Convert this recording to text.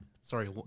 Sorry